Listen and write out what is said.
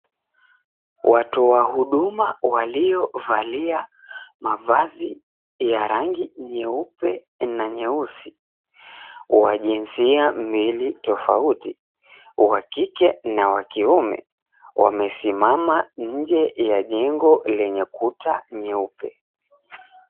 Watu wa huduma waliovalia mavazi ya rangi nyeupe na nyeusi wa jinsia mbili tofauti wakike na wakiume wamesimama inje ya jengo lenye kuta nyeupe.